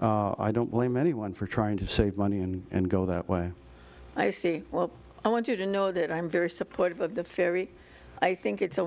i don't blame anyone for trying to save money and go that way i see well i want you to know that i'm very supportive of the ferry i think it's a